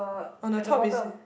on the top is